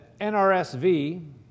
NRSV